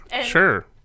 sure